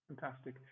Fantastic